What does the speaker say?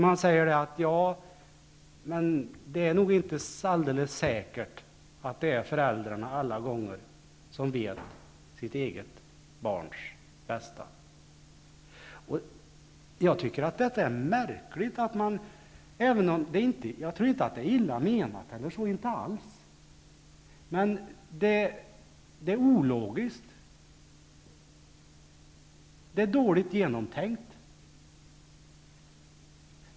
Man säger: Det är nog inte alldeles säkert att det alla gånger är föräldrarna som vet sitt eget barns bästa. Jag tycker att det är märkligt, även om jag inte alls tror att det är illa menat. Men det är ologiskt. Det är dåligt genomtänkt.